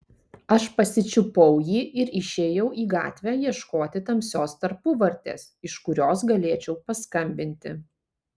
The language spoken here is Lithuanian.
aš pasičiupau jį ir išėjau į gatvę ieškoti tamsios tarpuvartės iš kurios galėčiau paskambinti